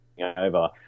over